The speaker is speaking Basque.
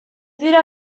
dira